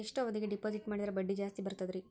ಎಷ್ಟು ಅವಧಿಗೆ ಡಿಪಾಜಿಟ್ ಮಾಡಿದ್ರ ಬಡ್ಡಿ ಜಾಸ್ತಿ ಬರ್ತದ್ರಿ?